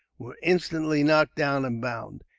were instantly knocked down and bound.